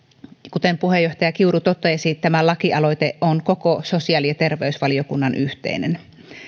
kuten puheenjohtaja kiuru totesi tämä lakialoite on koko sosiaali ja terveysvaliokunnan yhteinen